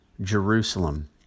Jerusalem